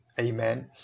Amen